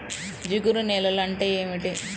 జిగురు నేలలు అంటే ఏమిటీ?